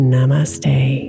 Namaste